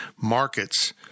markets